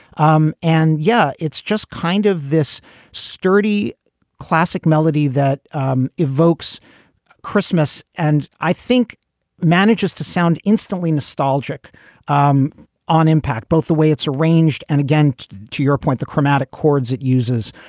um and yeah, it's just kind of this sturdy classic melody that um evokes christmas and i think manages to sound instantly nostalgic um on impact both the way it's arranged and again, to to your point, the chromatic chords it uses.